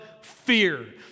fear